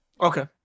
Okay